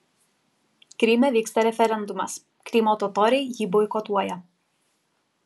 kryme vyksta referendumas krymo totoriai jį boikotuoja